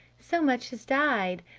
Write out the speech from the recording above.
so much has died!